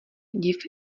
div